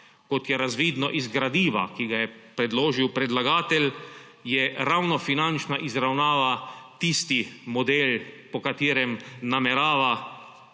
Kot je razvidno iz gradiva, ki ga je predložil predlagatelj, je ravno finančna izravnava tisti model, po katerem namerava